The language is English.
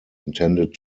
intended